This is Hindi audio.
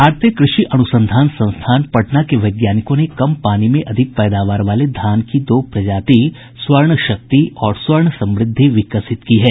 भारतीय कृषि अनुसंधान संस्थान पटना के वैज्ञानिकों ने कम पानी में अधिक पैदावार वाले धान की दो प्रजाति स्वर्ण शक्ति और स्वर्ण समृद्धि विकसित की है